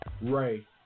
Ray